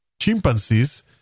chimpanzees